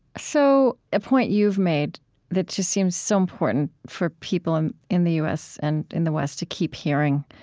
so, a point you've made that just seems so important for people in in the u s. and in the west to keep hearing,